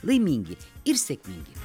laimingi ir sėkmingi